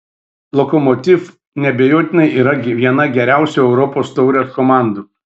lokomotiv neabejotinai yra viena geriausių europos taurės komandų